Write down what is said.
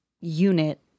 unit